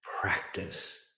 practice